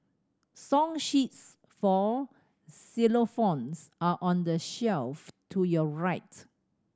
song sheets for xylophones are on the shelf to your right